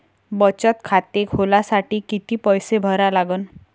बचत खाते खोलासाठी किती पैसे भरा लागन?